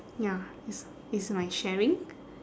ya he's he's my sharing